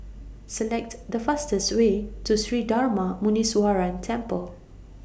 Select The fastest Way to Sri Darma Muneeswaran Temple